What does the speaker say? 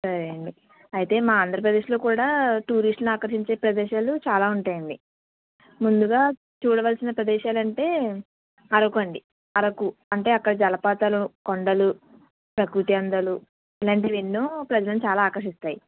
సరే అండి అయితే మా ఆంధ్రప్రదేశ్లో కూడా టూరిస్టులని ఆకర్షించే ప్రదేశాలు చాలా ఉంటాయండి ముందుగా చూడవలసిన ప్రదేశాలు అంటే అరకు అండి అరకు అంటే అక్కడ జలపాతాలు కొండలు ప్రకృతి అందాలు ఇలాంటివి ఎన్నో ప్రజలని చాలా ఆకర్షిస్తాయి